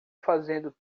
fazendo